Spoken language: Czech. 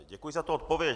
Děkuji za odpověď.